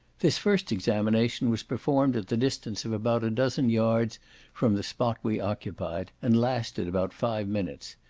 this first examination was performed at the distance of about a dozen yard from the spot we occupied, and lasted about five minutes,